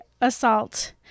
assault